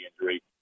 injury